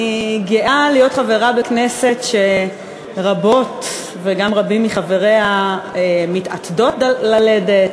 אני גאה להיות חברה בכנסת שרבות וגם רבים מחבריה מתעתדות ללדת,